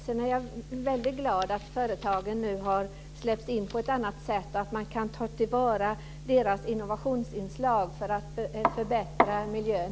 Jag är väldigt glad att företagen nu har släppts in på ett annat sätt så att man kan ta till vara deras innovationsinslag för att förbättra miljön.